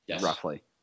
roughly